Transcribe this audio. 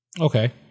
Okay